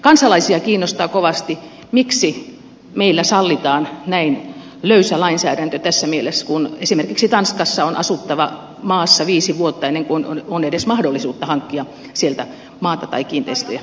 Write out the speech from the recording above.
kansalaisia kiinnostaa kovasti miksi meillä sallitaan näin löysä lainsäädäntö tässä mielessä kun esimerkiksi tanskassa on asuttava maassa viisi vuotta ennen kuin on edes mahdollisuutta hankkia sieltä maata tai kiinteistöjä